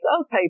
okay